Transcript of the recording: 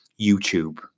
YouTube